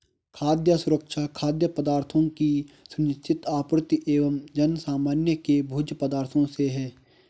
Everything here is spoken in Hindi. खाद्य सुरक्षा खाद्य पदार्थों की सुनिश्चित आपूर्ति एवं जनसामान्य के भोज्य पदार्थों से है